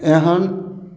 एहन